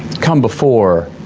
come before,